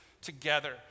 together